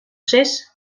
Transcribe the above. zes